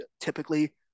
typically